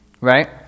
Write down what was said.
Right